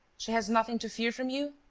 she has nothing to fear from you?